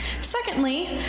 Secondly